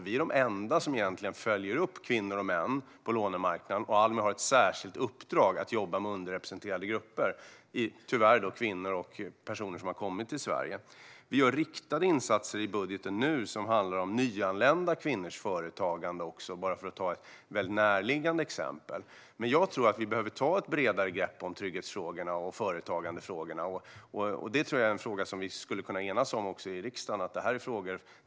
Vi är de enda som egentligen följer upp kvinnor och män på lånemarknaden. Almi har ett särskilt uppdrag att jobba med underrepresenterade grupper - det är tyvärr kvinnor och personer som har kommit till Sverige. Vi gör riktade insatser i budgeten som handlar om nyanlända kvinnors företagande - det säger jag bara för att nämna ett väldigt närliggande exempel. Men jag tror att vi behöver ta ett bredare grepp om trygghetsfrågorna och företagandefrågorna. Det tror jag är frågor som vi skulle kunna enas om i riksdagen.